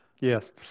Yes